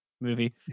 movie